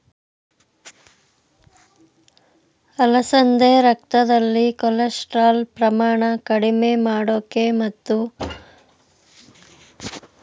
ಅಲಸಂದೆ ರಕ್ತದಲ್ಲಿ ಕೊಲೆಸ್ಟ್ರಾಲ್ ಪ್ರಮಾಣ ಕಡಿಮೆ ಮಾಡಕೆ ಮತ್ತು ಹೃದ್ರೋಗ ಸಂಬಂಧಿತ ಸಮಸ್ಯೆ ಬಗೆಹರಿಸ್ತದೆ